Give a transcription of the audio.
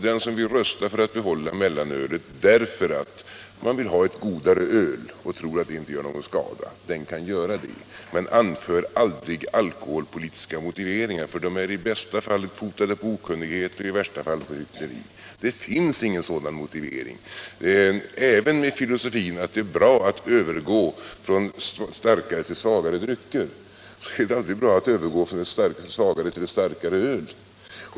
De som vill behålla mellanölet därför att man vill ha ett godare öl och inte tror att det gör någon skada, kan alltså hävda det. Men anför aldrig alkoholpolitiska motiveringar, för de är i bästa fall fotade på okunnighet och i värsta fall på hyckleri. Det finns ingen sådan motivering. Även med filosofin att det är bra att övergå från starkare till svagare drycker är det aldrig bra att övergå från ett svagare till ett starkare öl.